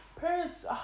parents